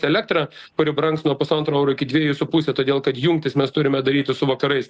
elektra kuri brangs nuo pusantro euro iki dviejų su puse todėl kad jungtis mes turime daryti su vakarais